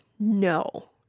no